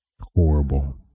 horrible